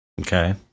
Okay